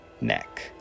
neck